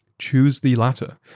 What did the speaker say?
choose the latter.